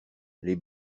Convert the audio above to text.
les